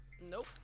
Nope